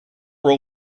all